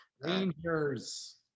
Rangers